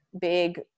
big